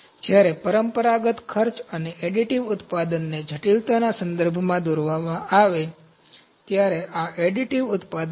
તેથી જ્યારે પરંપરાગત ખર્ચ અને એડિટિવ ઉત્પાદનને જટિલતાના સંદર્ભમાં દોરવામાં કરવામાં આવે છે ત્યારે આ એડિટિવ ઉત્પાદન છે